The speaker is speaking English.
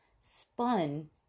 spun